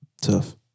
Tough